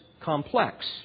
complex